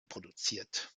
produziert